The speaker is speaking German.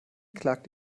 klagt